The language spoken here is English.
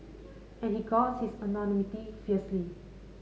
and he guards his anonymity fiercely